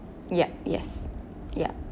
yup yes yup